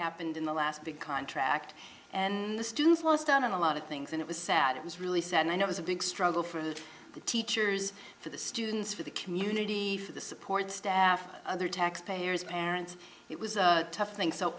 happened in the last big contract and the students lost on a lot of things and it was sad it was really sad and it was a big struggle for the teachers for the students for the community for the support staff other taxpayers parents it was a tough thing so